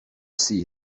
see